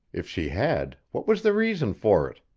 if she had, what was the reason for it?